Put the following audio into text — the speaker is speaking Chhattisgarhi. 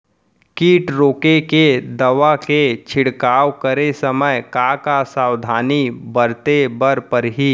किट रोके के दवा के छिड़काव करे समय, का का सावधानी बरते बर परही?